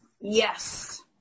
Yes